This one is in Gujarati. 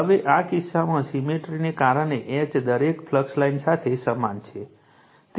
હવે આ કિસ્સામાં સિમેટ્રીને કારણે H દરેક ફ્લક્સ લાઇન સાથે સમાન છે